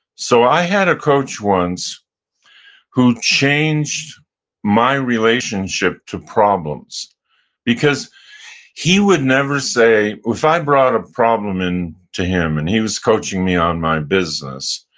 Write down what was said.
so i had a coach once who changed my relationship to problems because he would never say, if i brought a problem in to him, and he was coaching me on my business,